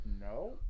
no